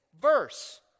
verse